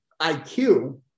IQ